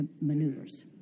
maneuvers